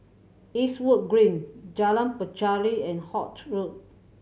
Eastwood Green Jalan Pacheli and Holt Road